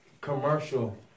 commercial